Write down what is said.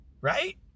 right